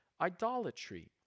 idolatry